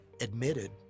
admitted